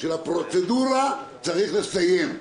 צריך לסיים.